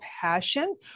passion